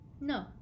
No